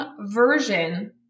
version